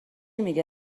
میگی